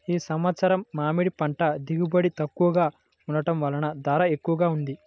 ఈ సంవత్సరం మామిడి పంట దిగుబడి తక్కువగా ఉండటం వలన ధర ఎక్కువగా ఉంది